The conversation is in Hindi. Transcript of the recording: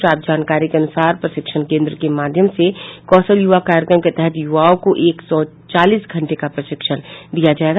प्राप्त जानकारी के अनुसार प्रशिक्षण केन्द्र के माध्यम से कौशल युवा कार्यक्रम के तहत युवाओं को एक सौ चालीस घंटे का प्रशिक्षण दिया जायेगा